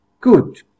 Good